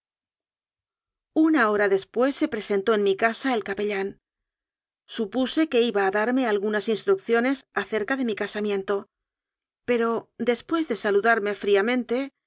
una hora después se presentó en mi casa el ca pellán supuse que iba a darme algunas instruc ciones acerca de mi casamiento pero después de saludarme fríamente